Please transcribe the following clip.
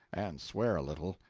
and swear a little,